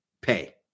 pay